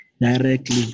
directly